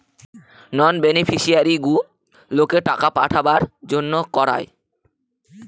নন বেনিফিশিয়ারিগুলোকে টাকা পাঠাবার জন্য করায়